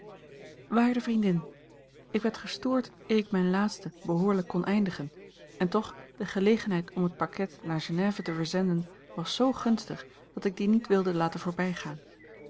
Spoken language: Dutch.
waarde vriendin ik werd gestoord eer ik mijn laatsten behoorlijk kon eindigen en toch de gelegenheid om het pakket naar genève te verzenden was z gunstig dat ik die niet wilde laten voorbijgaan